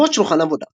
סביבות שולחן עבודה